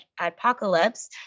apocalypse